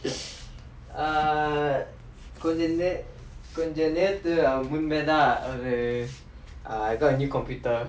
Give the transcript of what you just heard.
err கொஞ்ச நேகொஞ்ச நேத்து அவன் முன்னதா ஒரு:konja nae konja naethu avan munnathaa oru err I got a new computer